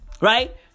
Right